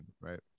right